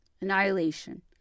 annihilation